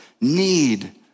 need